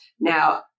Now